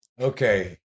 okay